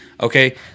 Okay